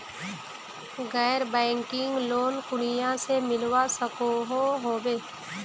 गैर banking loan कुनियाँ से मिलवा सकोहो होबे?